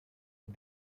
est